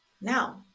Now